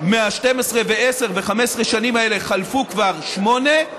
מה-12 ו-10 ו-15 השנים האלה חלפו כבר שמונה,